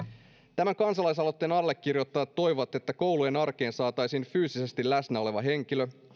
tämän kansalaisaloitteen allekirjoittajat toivovat että koulujen arkeen saataisiin fyysisesti läsnä oleva henkilö